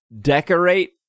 decorate